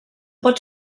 pot